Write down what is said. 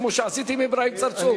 כמו שעשיתי עם אברהים צרצור.